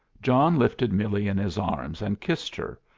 john lifted millie in his arms and kissed her,